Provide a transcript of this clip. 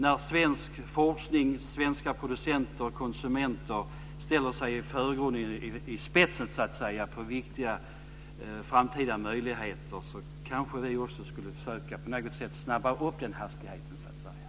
När svensk forskning och svenska producenter och konsumenter ställer sig i spetsen för viktiga framtida möjligheter kanske vi också skulle försöka att på något sätt snabba upp hastigheten.